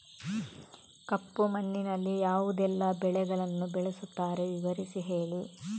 ಕಪ್ಪು ಮಣ್ಣಿನಲ್ಲಿ ಯಾವುದೆಲ್ಲ ಬೆಳೆಗಳನ್ನು ಬೆಳೆಸುತ್ತಾರೆ ವಿವರಿಸಿ ಹೇಳಿ